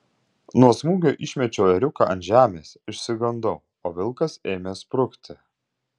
nuo smūgio išmečiau ėriuką ant žemės išsigandau o vilkas ėmė sprukti